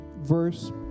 verse